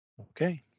Okay